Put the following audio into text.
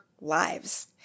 lives